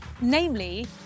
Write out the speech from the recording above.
Namely